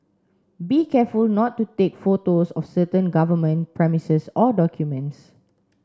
be careful not to take photos of certain government premises or documents